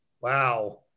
Wow